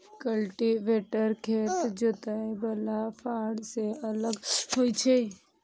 cultivator खेत जोतय बला फाड़ सं अलग होइ छै